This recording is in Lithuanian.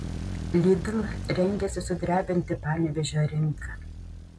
lidl rengiasi sudrebinti panevėžio rinką